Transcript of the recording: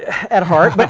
at heart, but